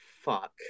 Fuck